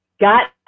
Got